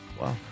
Wow